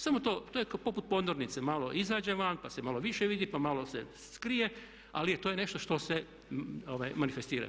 Samo to je poput ponornice, malo izađe van pa se malo više vidi pa malo se skrije ali to je nešto što se manifestira.